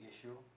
issue